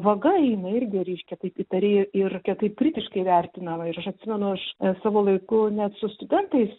vaga eina irgi reiškia taip įtariai ir kie taip kritiškai vertinama ir aš atsimenu aš savo laiku net su studentais